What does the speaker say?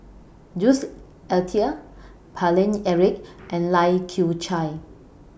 Jules Itier Paine Eric and Lai Kew Chai